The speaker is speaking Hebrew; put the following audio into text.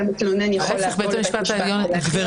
שהמתלונן יכול לבוא לבית משפט --- גברתי,